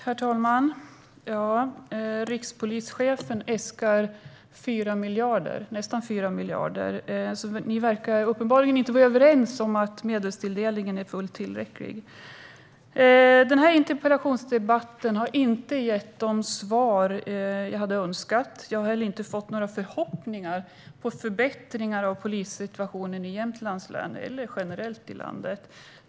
Herr talman! Rikspolischefen äskar nästan 4 miljarder, så ni är uppenbarligen inte överens om att medelstilldelningen är fullt tillräcklig. Den här interpellationsdebatten har inte gett de svar jag hade önskat. Jag har heller inte fått några förhoppningar om förbättringar av polissituationen i Jämtlands län eller generellt i landet.